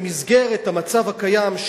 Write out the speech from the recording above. במסגרת המצב הקיים,